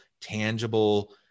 tangible